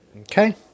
Okay